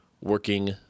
working